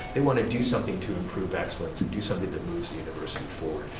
they want to do something to improve excellence and do something that moves the university forward.